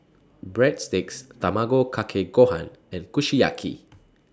Breadsticks Tamago Kake Gohan and Kushiyaki